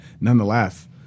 nonetheless